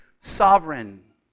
sovereign